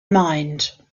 mind